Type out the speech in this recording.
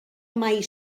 mai